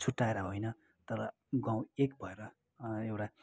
छुटाएर होइन तर गाउँ एक भएर एउटा